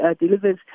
delivers